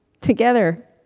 together